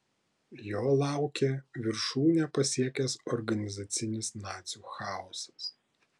jo laukė viršūnę pasiekęs organizacinis nacių chaosas